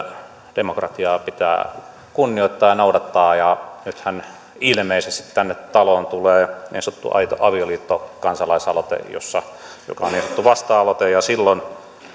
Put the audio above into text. demokratiaa pitää kunnioittaa ja noudattaa nythän ilmeisesti tänne taloon tulee niin sanottu aito avioliitto kansalaisaloite joka on niin sanottu vasta aloite silloin